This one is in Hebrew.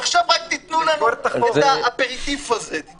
עכשיו רק תנו לנו את האפריטיף הזה,